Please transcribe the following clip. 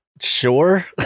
Sure